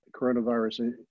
coronavirus